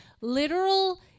literal